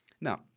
Now